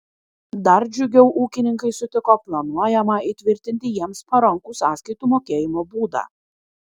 dar džiugiau ūkininkai sutiko planuojamą įtvirtinti jiems parankų sąskaitų mokėjimo būdą